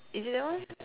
is it that one